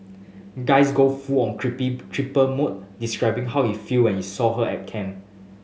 guys go full on creepy cheaper mode describing how it feel when he saw her at camp